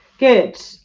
Good